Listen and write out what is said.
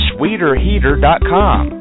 SweeterHeater.com